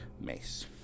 Mace